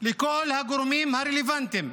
לכל הגורמים הרלוונטיים,